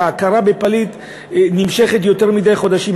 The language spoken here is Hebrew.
שההכרה בפליט נמשכת יותר מדי חודשים.